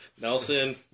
Nelson